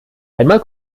einmal